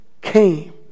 came